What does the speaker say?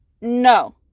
no